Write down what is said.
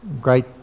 great